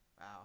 wow